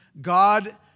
God